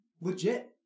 legit